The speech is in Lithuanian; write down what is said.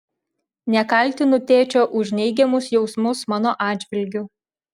nekaltinu tėčio už neigiamus jausmus mano atžvilgiu